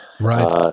right